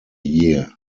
year